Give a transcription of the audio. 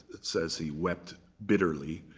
it says he wept bitterly,